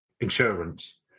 insurance